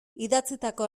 idatzitako